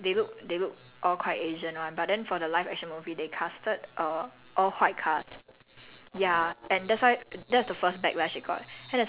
so that's why like the cast is like quite asian they they look they look all quite asian [one] but then for the live action movie they casted a all white cast